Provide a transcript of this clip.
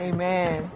Amen